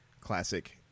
classic